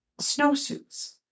snowsuits